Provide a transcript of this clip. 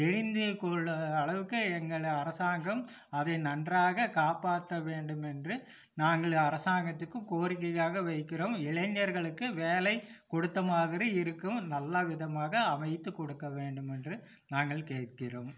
தெரிந்து கொள்ள அளவுக்கு எங்கள் அரசாங்கம் அதை நன்றாக காப்பாற்ற வேண்டும் என்று நாங்கள் அரசாங்கத்துக்கு கோரிக்கையாக வைக்கிறோம் இளைஞர்களுக்கு வேலை கொடுத்த மாதிரி இருக்கும் நல்லவிதமாக அமைத்து கொடுக்க வேண்டுமென்று நாங்கள் கேட்கிறோம்